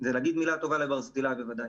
ולהגיד מילה טובה לברזילי, בוודאי.